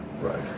Right